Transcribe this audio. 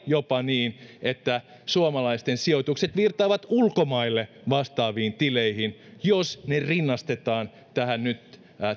jopa niin että suomalaisten sijoitukset virtaavat ulkomaille vastaaviin tileihin jos ne rinnastetaan tähän nyt